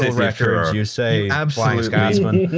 records you say flying scotsman.